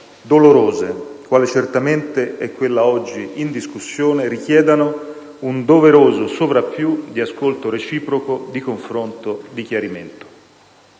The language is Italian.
dolorose, quale certamente è quella oggi in discussione, richiedano un doveroso sovrappiù di ascolto reciproco, di confronto, di chiarimento.